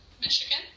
Michigan